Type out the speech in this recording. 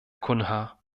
cunha